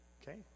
Okay